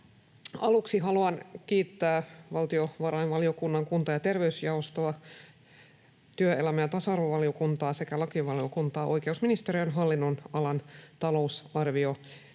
Aluksi haluan kiittää valtiovarainvaliokunnan kunta- ja terveysjaostoa, työelämä- ja tasa-arvovaliokuntaa sekä lakivaliokuntaa oikeusministeriön hallinnonalan talousarvioesitystä